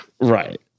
Right